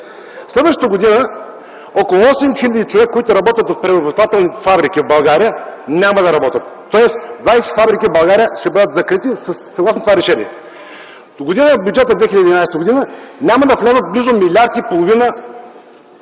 Следващата година около 8 хил. човека, които работят в преработвателните фабрики в България, няма да работят, тоест 20 фабрики в България ще бъдат закрити съгласно това решение. Догодина в Бюджет 2011 г. няма да влязат близо милиард и половина